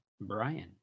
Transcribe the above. Brian